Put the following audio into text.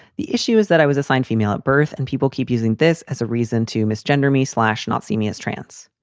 the issue is that i was assigned female at birth and people keep using this as a reason to miss gender. me slash not simeus trance.